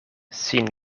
sin